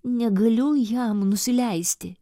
negaliu jam nusileisti